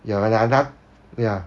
ya lah nah ya